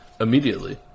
immediately